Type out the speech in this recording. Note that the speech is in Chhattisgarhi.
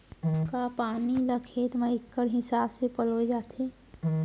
का पानी ला खेत म इक्कड़ हिसाब से पलोय जाथे?